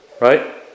Right